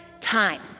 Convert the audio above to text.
time